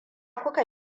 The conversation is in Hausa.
kuka